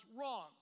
wrong